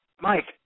Mike